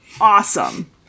Awesome